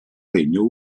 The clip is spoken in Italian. regno